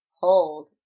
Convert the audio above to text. hold